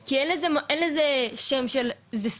כי אין לזה שם של סם,